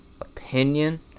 opinion